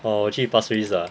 orh 我去 pasir ris ah